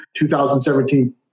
2017